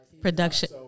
Production